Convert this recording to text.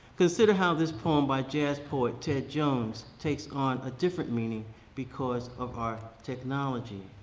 consider how this poem by jazz poet, ted joans, takes on a different meaning because of our technology.